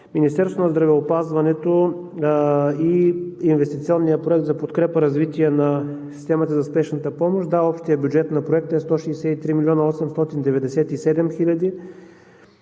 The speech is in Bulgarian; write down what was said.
Министерството на здравеопазването и Инвестиционния проект за подкрепа развитието на системата за Спешната помощ – да, общият бюджет на Проекта е 163 млн. 897 хил.